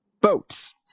Boats